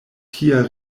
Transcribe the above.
tia